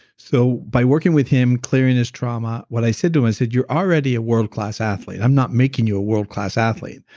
so by working with him clearing his trauma, what i said to him, i said, you're already a world-class athlete. i'm not making you a world-class athlete.